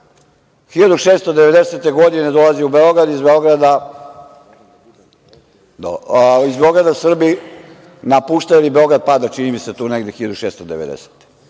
1690. godine dolazi u Beograd i Srbi napuštaju, Beograd pada, čini mi se tu negde 1690.